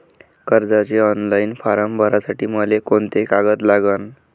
कर्जाचे ऑनलाईन फारम भरासाठी मले कोंते कागद लागन?